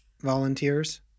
volunteers